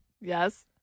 Yes